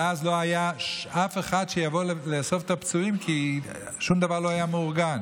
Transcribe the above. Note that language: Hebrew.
ואז לא היה אף אחד שיבוא לאסוף את הפצועים כי שום דבר לא היה מאורגן.